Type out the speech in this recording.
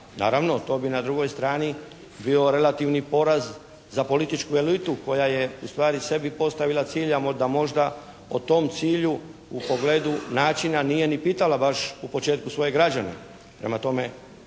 Naravno to bi na drugoj strani bio relativni poraz za političku elitu koja je ustvari sebi postavila cilj da možda o tom cilju u pogledu načina nije ni pitala u početku svoje građane.